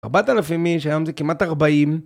ארבעת אלפים איש, היום זה כמעט ארבעים.